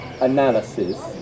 analysis